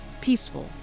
peaceful